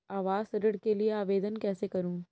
आवास ऋण के लिए आवेदन कैसे करुँ?